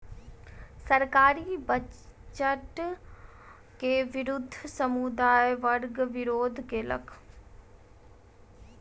सरकारी बजट के विरुद्ध समुदाय वर्ग विरोध केलक